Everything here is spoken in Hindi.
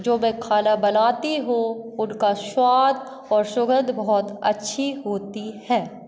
जो मैं खाना बनाती हूँ उनका स्वाद और सुगंध बहुत अच्छी होती है